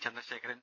Chandrasekharan